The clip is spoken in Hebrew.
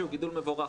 שהוא גידול מבורך,